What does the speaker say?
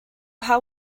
how